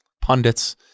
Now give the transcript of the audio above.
pundits